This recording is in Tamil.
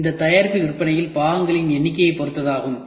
இது தயாரிப்பு விற்பனையின் பாகங்களின் எண்ணிக்கையைப் பொறுத்ததாகும்